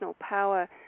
power